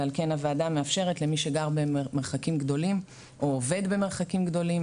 ועל כן הוועדה מאפשרת למי שגר במרחקים גדולים או עובד במרחקים גדולים